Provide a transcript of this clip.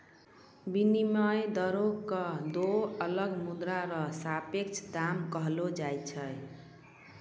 विनिमय दरो क दो अलग मुद्रा र सापेक्ष दाम कहलो जाय छै